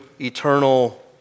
Eternal